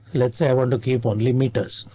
let's say i want to keep only meters.